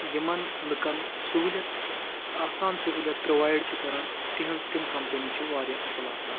یِمَن لُکَن سہوٗلِیَت آسان سہوٗلیت پرووایِڈ چھِ کران تِہنٛز تِم کَمپٔنی چھِ واریاہ اَصٕل آسان